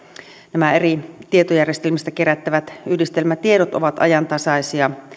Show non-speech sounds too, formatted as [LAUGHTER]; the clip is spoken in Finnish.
nämä eri tietojärjestelmistä kerättävät yhdistelmätiedot ovat ajantasaisia [UNINTELLIGIBLE]